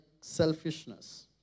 selfishness